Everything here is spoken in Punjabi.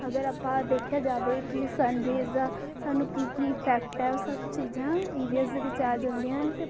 ਅਗਰ ਆਪਾਂ ਦੇਖਿਆ ਜਾਵੇ ਕਿ ਸਨਰੇਜ਼ ਦਾ ਸਾਨੂੰ ਕੀ ਕੀ ਇਫੈਕਟ ਹੈ ਉਹ ਸਭ ਚੀਜ਼ਾਂ ਈ ਵੀ ਐੱਸ ਦੇ ਵਿੱਚ ਆ ਜਾਂਦੀਆਂ ਹਨ ਅਤੇ